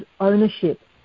ownership